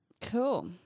Cool